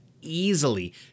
easily